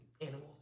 animals